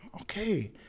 okay